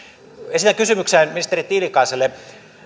esitän kysymyksen ministeri tiilikaiselle